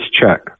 check